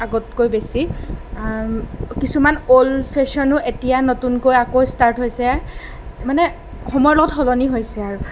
আগতকৈ বেছি কিছুমান অ'ল্ড ফেশ্ৱনো এতিয়া নতুনকৈ আকৌ ষ্টাৰ্ট হৈছে মানে সময়ৰ লগত সলনি হৈছে আৰু